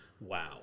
Wow